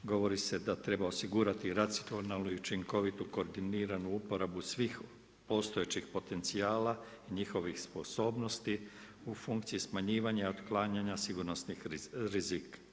Govori se da treba osigurati racionalnu i učinkovitu koordiniranu uporabu svih postojećih potencijala, njihovih sposobnosti u funkciji smanjivanja i otklanjanja sigurnosnih rizika.